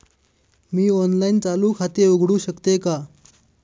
मी online चालू खाते उघडू शकते का?